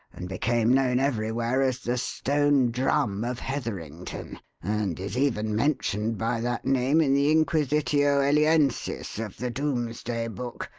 and became known everywhere as the stone drum of heatherington and is even mentioned by that name in the inquisitio eliensis of the domesday book,